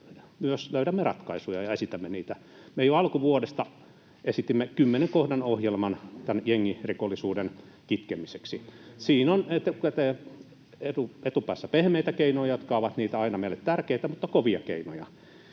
myös löydämme ratkaisuja ja esitämme niitä. Me jo alkuvuodesta esitimme kymmenen kohdan ohjelman tämän jengirikollisuuden kitkemiseksi. Siinä on etupäässä pehmeitä keinoja, jotka ovat niitä meille aina tärkeitä, mutta myös kovia keinoja.